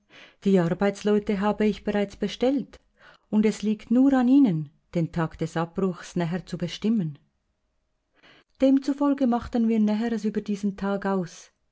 die arbeitsleute habe ich bereits bestellt und es liegt nur an ihnen den tag des abbruchs näher zu bestimmen demzufolge machten wir näheres über diesen tag aus